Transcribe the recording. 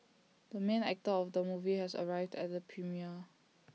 the main actor of the movie has arrived at the premiere